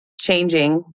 changing